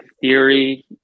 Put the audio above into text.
theory